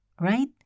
right